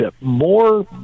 more